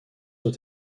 doit